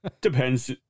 depends